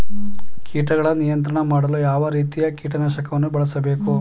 ಕೀಟಗಳ ನಿಯಂತ್ರಣ ಮಾಡಲು ಯಾವ ರೀತಿಯ ಕೀಟನಾಶಕಗಳನ್ನು ಬಳಸಬೇಕು?